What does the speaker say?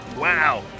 Wow